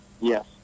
Yes